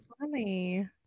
funny